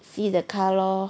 see the car lor